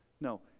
No